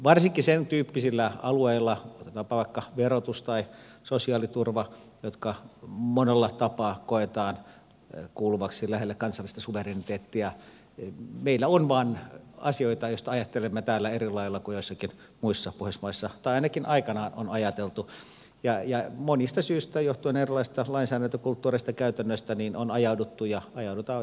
varsinkin sentyyppisillä alueilla otetaanpa vaikka verotus tai sosiaaliturva jotka monella tapaa koetaan kuuluviksi lähelle kansallista suvereniteettia meillä vain on asioita joista ajattelemme täällä eri lailla kuin joissakin muissa pohjoismaissa tai ainakin aikanaan on ajateltu ja monista syistä erilaisista lainsäädäntökulttuureista ja käytännöistä johtuen on ajauduttu ja ajaudutaan jatkossakin erilaisiin ratkaisuihin